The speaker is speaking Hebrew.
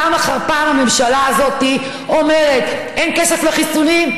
פעם אחר פעם הממשלה הזאת אומרת: אין כסף לחיסונים,